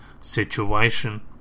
situation